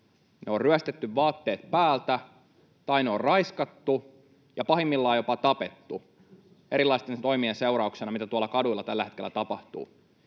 on ryöstetty vaatteet päältä tai on raiskattu ja pahimmillaan jopa tapettu erilaisten toimien seurauksena, mitä tuolla kaduilla tällä hetkellä tapahtuu.